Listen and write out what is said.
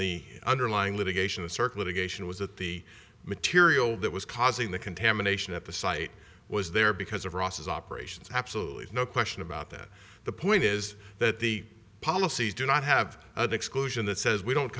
the underlying litigation the circlip a geisha was that the material that was causing the contamination at the site was there because of ross's operations absolutely no question about that the point is that the policies do not have an exclusion that says we don't